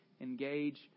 engage